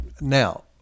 Now